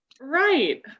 Right